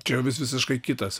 čia jau visiškai kitas